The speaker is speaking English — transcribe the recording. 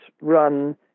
run